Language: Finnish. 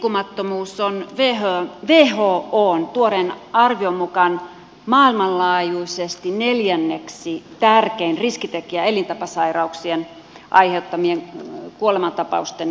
liikkumattomuus on whon tuoreen arvion mukaan maailmanlaajuisesti neljänneksi tärkein riskitekijä elintapasairauksien aiheuttamien kuolemantapausten aiheuttajana